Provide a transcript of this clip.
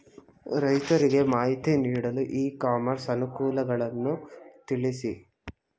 ರೈತರಿಗೆ ಮಾಹಿತಿ ನೀಡಲು ಇ ಕಾಮರ್ಸ್ ಅನುಕೂಲಗಳನ್ನು ತಿಳಿಸಿ?